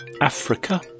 Africa